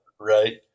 Right